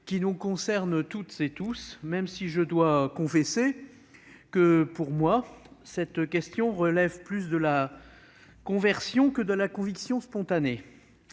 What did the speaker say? qui nous concerne toutes et tous, même si je dois confesser que, pour moi, cette question relève plus de la conversion que de la conviction spontanée-